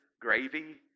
gravy